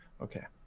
okay